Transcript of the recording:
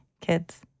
kids